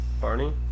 Barney